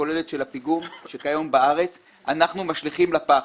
הכוללת של הפיגום היום בארץ אנחנו משליכים לפח.